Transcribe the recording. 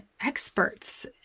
experts